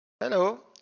Hello